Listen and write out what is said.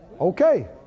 Okay